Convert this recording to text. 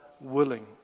willing